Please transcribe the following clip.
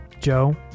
Joe